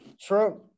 Trump